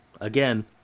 again